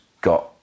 got